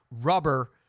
rubber